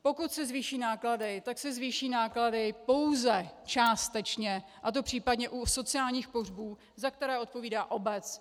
Pokud se zvýší náklady, tak se zvýší náklady pouze částečně, a to případně u sociálních pohřbů, za které odpovídá obec.